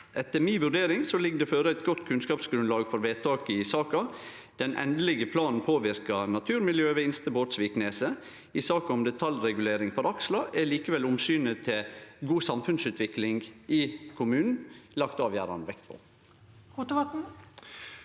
Etter mi vurdering ligg det føre eit godt kunnskapsgrunnlag for vedtaket i saka. Den endelege planen påverkar naturmiljøet ved Inste Bårdvikneset. I saka om detaljregulering for Aksla er likevel omsynet til ei god samfunnsutvikling i kommunen lagt avgjerande